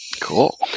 Cool